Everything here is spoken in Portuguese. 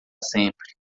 sempre